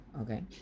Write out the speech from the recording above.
okay